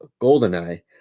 Goldeneye